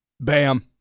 Bam